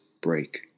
break